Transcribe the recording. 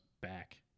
back